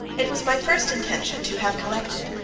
it was my first intention to have collected,